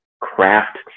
craft